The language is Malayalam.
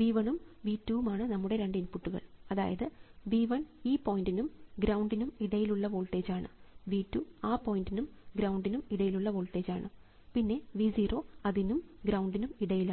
V 1 ഉം V 2 ഉം ആണ് നമ്മുടെ രണ്ട് ഇൻപുട്ടുകൾ അതായത് V 1 ഈ പോയിൻറിനും ഗ്രൌണ്ടി നും ഇടയിലുള്ള വോൾട്ടേജ് ആണ് V 2 ആ പോയിൻറിനും ഗ്രൌണ്ടിനും ഇടയിലുള്ള വോൾട്ടേജ് ആണ് പിന്നെ V 0 അതിനും ഗ്രൌണ്ടിനും ഇടയിലാണ്